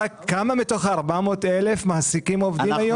כמה מתוך ה-400,000 מעסיקים עובדים היום?